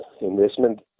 investment